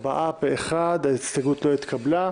4 נמנעים אין ההסתייגות לא אושרה.